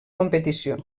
competició